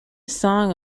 song